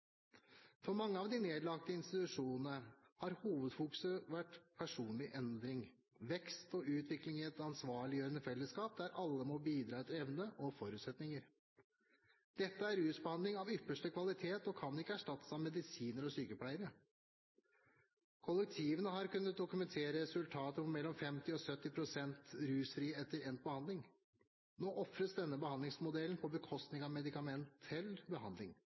For mange av de nedlagte institusjonene har hovedfokuset vært personlig endring, vekst og utvikling i et ansvarliggjørende fellesskap der alle må bidra etter evne og forutsetninger. Dette er rusbehandling av ypperste kvalitet og kan ikke erstattes av medisiner og sykepleiere. Kollektivene har kunnet dokumentere resultater på mellom 50 og 70 pst. rusfrie etter endt behandling. Nå ofres denne behandlingsmodellen på bekostning av medikamentell behandling,